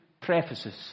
prefaces